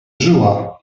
żyła